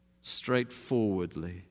straightforwardly